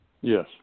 Yes